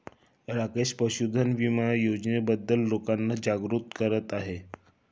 राकेश पशुधन विमा योजनेबद्दल लोकांना जागरूक करत आहे